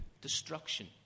Destruction